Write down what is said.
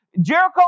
Jericho